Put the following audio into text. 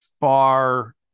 far